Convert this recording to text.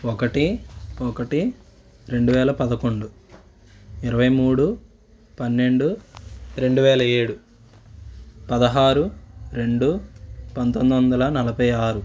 ఒకటి ఒకటి రెండు వేల పదకొండు ఇరవై మూడు పన్నెండు రెండు వేల ఏడు పదహారు రెండు పంతొందొందల నలభై ఆరు